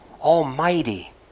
almighty